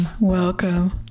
welcome